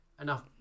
enough